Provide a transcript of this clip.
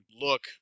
look